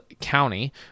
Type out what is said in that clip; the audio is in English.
County